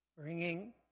bringing